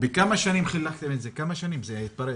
על פני כמה שנים זה התפרס?